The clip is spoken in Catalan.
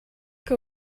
que